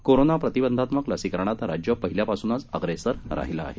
corona प्रतिबंधात्मक लसीकरणात राज्य पहिल्यापासूनच अग्रसेर राहीलं आहे